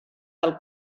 del